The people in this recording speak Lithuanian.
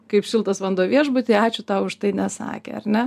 kaip šiltas vanduo viešbuty ačiū tau už tai nesakė ar ne